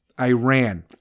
Iran